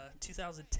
2010